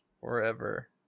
forever